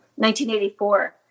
1984